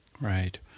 Right